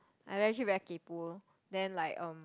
I'm actually very kaypo then like um